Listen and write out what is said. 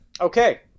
Okay